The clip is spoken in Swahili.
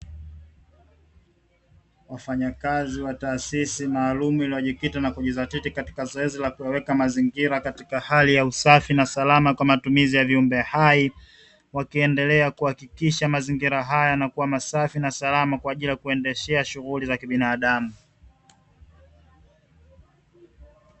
Wafanyakazi wa taasisi malaamu, iliyojikita na kujidhatiti katika zoezi la kuyaweka mazingira katika hali ya usafi na salama kwa ajili ya viumbe hai, wakiendelea kuhakikisha mazingira haya yanakuwa safi na salama kwa ajili ya kuendeshea shughuli za kibinadamu.